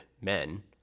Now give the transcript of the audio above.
men